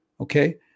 Okay